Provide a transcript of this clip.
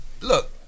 Look